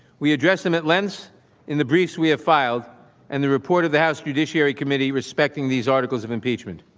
we address them at lens in the briefs we have filed and the report of the house judiciary committee respecting these articles of impeachment.